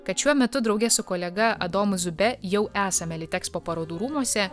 kad šiuo metu drauge su kolega adomui zube jau esame litekspo parodų rūmuose